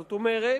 זאת אומרת,